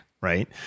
right